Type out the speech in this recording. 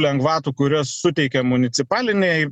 lengvatų kurias suteikia municipaliniai